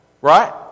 right